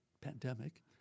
pandemic